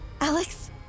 Alex